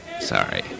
Sorry